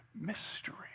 mystery